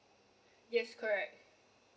yes correct